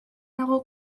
dago